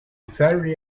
saturday